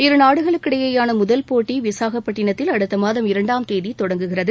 இரு நாடுளுக்கிடையேயான முதல் போட்டி விசாகப்பட்டினத்தில் அடுத்த மாதம் இரண்டாம் தேதி தொடங்குகிறது